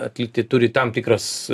atlikti turi tam tikras